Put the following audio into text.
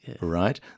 right